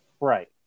Right